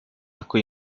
aku